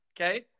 okay